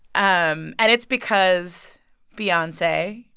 um and it's because beyonce,